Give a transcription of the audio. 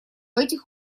этих